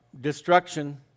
destruction